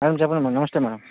madam చెప్పండి madam నమస్తే madam